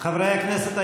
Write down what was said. חברי הכנסת,